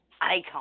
icon